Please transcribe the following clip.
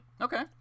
Okay